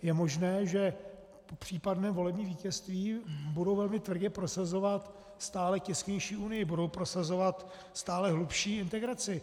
Je možné, že po případném volebním vítězství budou velmi tvrdě prosazovat stále těsnější Unii, budou prosazovat stále hlubší integraci.